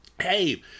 hey